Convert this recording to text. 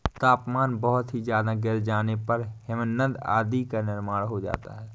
तापमान बहुत ही ज्यादा गिर जाने पर हिमनद आदि का निर्माण हो जाता है